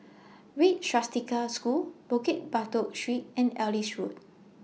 Red Swastika School Bukit Batok Street and Ellis Road